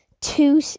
two